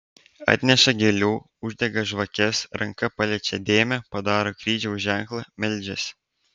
atneša gėlių uždega žvakes ranka paliečią dėmę padaro kryžiaus ženklą meldžiasi